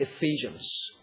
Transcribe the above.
Ephesians